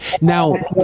now